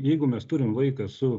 jeigu mes turim vaiką su